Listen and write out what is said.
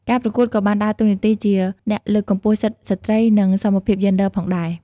ការប្រកួតក៏បានដើរតួនាទីជាអ្នកលើកកម្ពស់សិទ្ធិស្រ្តីនិងសមភាពយេនឌ័រផងដែរ។